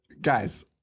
Guys